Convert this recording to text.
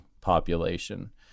population